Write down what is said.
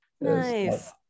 nice